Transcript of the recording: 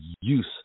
use